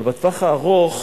אבל בטווח הארוך,